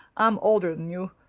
i'm oldern you,